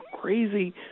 crazy